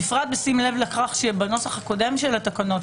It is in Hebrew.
בפרט אם תשים לב לכך שבנוסח הקודם של התקנות,